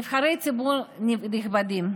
נבחרי הציבור הנכבדים,